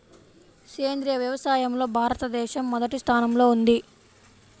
సేంద్రీయ వ్యవసాయంలో భారతదేశం మొదటి స్థానంలో ఉంది